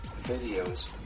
videos